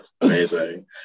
Amazing